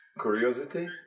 curiosity